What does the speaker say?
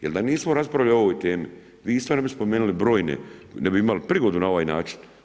Jer da nismo raspravljali i ovoj temi, vi isto ne bi spomenuli brojne, ne bi imali prigodu na ovaj način.